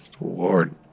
Lord